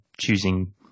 choosing